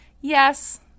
Yes